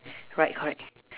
right correct